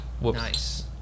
nice